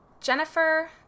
Jennifer